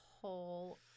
whole